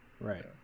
Right